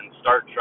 start